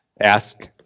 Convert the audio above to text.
ask